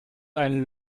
einen